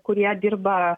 kurie dirba